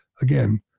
Again